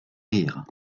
rirent